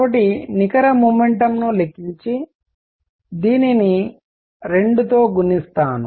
కాబట్టి నికర మొమెంటం ని లెక్కించి దీన్ని 2 తో గుణిస్తాను